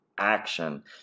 action